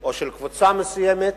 או של קבוצה מסוימת